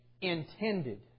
intended